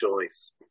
choice